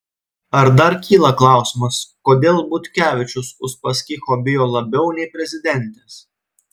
ar dar kyla klausimas kodėl butkevičius uspaskicho bijo labiau nei prezidentės